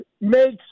makes